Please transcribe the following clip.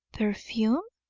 perfume?